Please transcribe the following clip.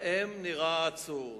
שבהם נראה העצור.